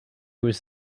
was